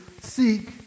seek